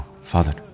Father